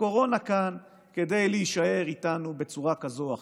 הקורונה כאן כדי להישאר איתנו בצורה כזאת או אחרת,